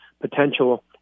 potential